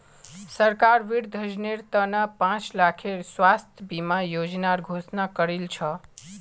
सरकार वृद्धजनेर त न पांच लाखेर स्वास्थ बीमा योजनार घोषणा करील छ